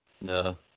No